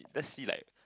let's see like